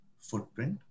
footprint